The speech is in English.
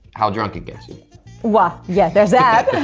how drunk it gets you? well yeah, there's that.